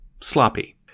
sloppy